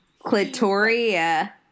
Clitoria